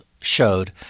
showed